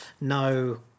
no